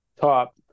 top